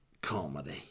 comedy